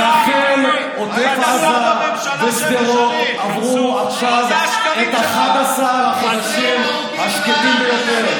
לכן עוטף עזה ושדרות עברו עכשיו את 11 החודשים השקטים ביותר.